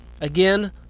again